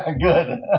Good